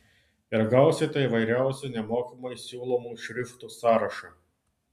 ir gausite įvairiausių nemokamai siūlomų šriftų sąrašą